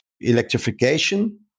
electrification